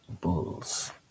bulls